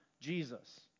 jesus